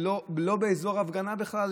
ולא באזור הפגנה בכלל.